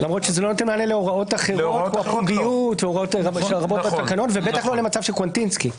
למרות שזה לא נותן מענה להוראות אחרות ובטח לא למצב של קווטינסקי.